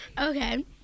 Okay